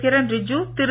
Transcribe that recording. Kiren Rijiju Thiru